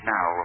Now